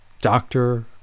doctor